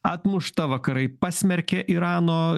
atmušta vakarai pasmerkė irano